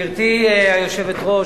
גברתי היושבת-ראש,